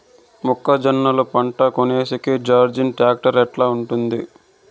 మొక్కజొన్నలు పంట కోసేకి జాన్డీర్ టాక్టర్ ఎట్లా ఉంటుంది?